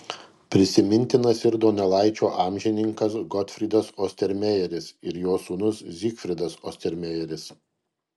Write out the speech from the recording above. prisimintinas ir donelaičio amžininkas gotfrydas ostermejeris ir jo sūnus zygfridas ostermejeris